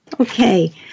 Okay